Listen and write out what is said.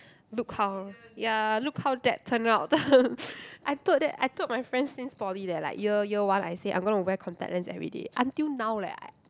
look how ya look how that turned out I told that I told my friends since poly leh since year year one I say I'm gonna wear contact lens everyday until now leh I